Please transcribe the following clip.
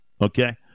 okay